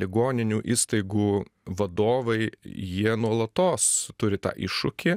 ligoninių įstaigų vadovai jie nuolatos turi tą iššūkį